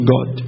God